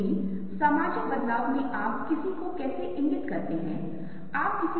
यहाँ एक उदाहरण है कि मैं आपके साथ क्या साझा करना चाह रहा था